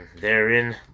therein